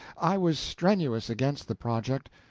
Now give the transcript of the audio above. i was strenuous against the project.